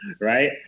right